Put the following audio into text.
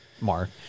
Mark